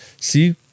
see